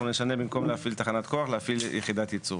במקום "להפעיל תחנת כוח" "להפעיל יחידת ייצור".